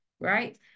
right